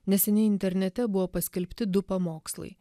neseniai internete buvo paskelbti du pamokslai